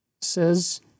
says